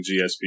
GSP